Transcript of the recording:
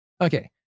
Okay